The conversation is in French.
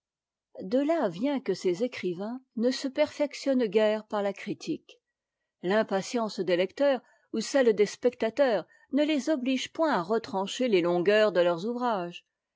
de là vient que ces écrivains ne se perfectionnent guère par la critique l'impatience des lecteurs ou celle des spectateurs ne les oblige point à retrancher les longueurs de leurs ouvrages